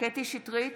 קטי קטרין שטרית,